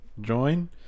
join